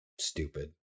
stupid